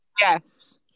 Yes